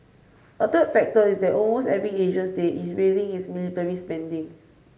a third factor is that almost every Asian state is raising its military spending